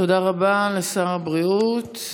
תודה רבה לשר הבריאות.